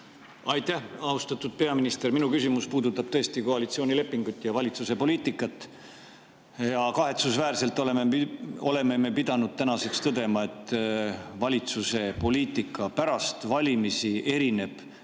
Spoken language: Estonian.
Aitäh! Austatud peaminister! Minu küsimus puudutab tõesti koalitsioonilepingut ja valitsuse poliitikat. Kahetsusväärselt oleme me pidanud tänaseks tõdema, et valitsuse poliitika pärast valimisi erineb